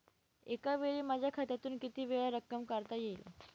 एकावेळी माझ्या खात्यातून कितीवेळा रक्कम काढता येईल?